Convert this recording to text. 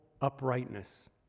uprightness